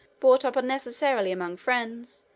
brought up unnecessarily among friends,